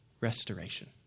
restoration